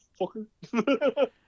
fucker